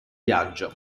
viaggio